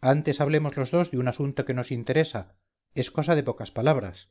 antes hablemos los dos de un asunto que nos interesa es cosa de pocas palabras